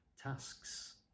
tasks